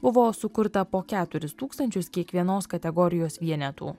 buvo sukurta po keturis tūkstančius kiekvienos kategorijos vienetų